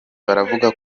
baravuga